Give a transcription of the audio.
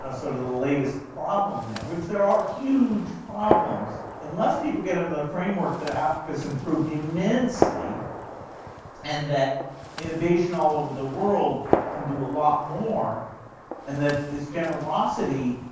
sort of the the latest problem there which there are huge problems, unless people get into their framework that africa has improved immensely and that innovation all over the world can do a lot more and that this generosity.